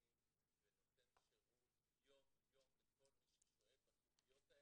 ונותן שירות יום יום לכל מי ששואל בסוגיות האלה.